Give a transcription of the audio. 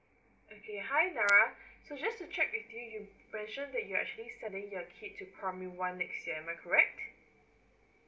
okay hi nara so just to check with you you mentioned that you are actually sending your kid to primary one next year am I correct